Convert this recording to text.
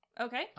Okay